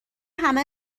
همه